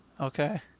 Okay